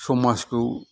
समाजखौ